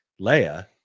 Leia